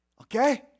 Okay